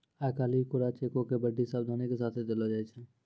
आइ काल्हि कोरा चेको के बड्डी सावधानी के साथे देलो जाय छै